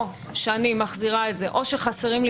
או שאני מחזירה את זה או שחסרים לי